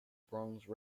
bronze